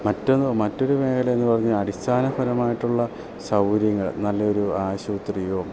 മറ്റെന്ന് മറ്റൊരു മേഘല എന്ന് പറഞ്ഞാൽ അടിസ്ഥാനപരമായിട്ടുള്ള സൗകര്യങ്ങൾ നല്ല ഒരു ആശുപത്രിയോ